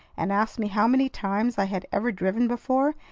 and asked me how many times i had ever driven before,